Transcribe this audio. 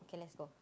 okay let's go